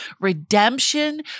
redemption